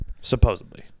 Supposedly